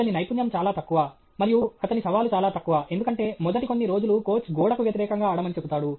అతని నైపుణ్యం చాలా తక్కువ మరియు అతని సవాలు చాలా తక్కువ ఎందుకంటే మొదటి కొన్ని రోజులు కోచ్ గోడకు వ్యతిరేకంగా ఆడమని చెబుతాడు